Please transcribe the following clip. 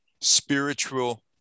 spiritual